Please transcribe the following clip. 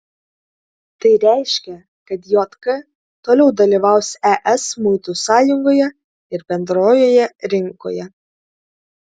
tai reiškia kad jk toliau dalyvaus es muitų sąjungoje ir bendrojoje rinkoje